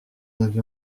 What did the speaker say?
avaient